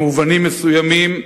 במובנים מסוימים,